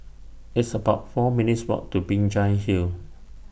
It's about four minutes' Walk to Binjai Hill